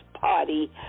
party